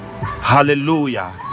hallelujah